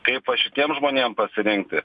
kaip va šitiem žmonėm pasirinkti